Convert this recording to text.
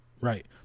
Right